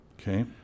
Okay